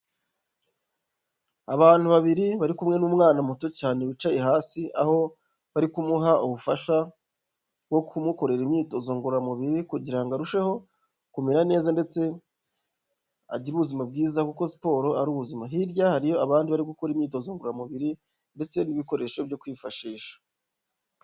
Abantu babiri bari kumwe n'umwana muto cyane wicaye hasi aho bari kumuha ubufasha bwo kumukorera imyitozo ngororamubiri kugira ngo arusheho kumera neza ndetse agire ubuzima bwiza kuko siporo ari ubuzima, hirya hariyo abandi bari gukora imyitozo ngoramubiri ndetse n'ibikoresho byo kwifashisha.